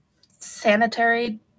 sanitary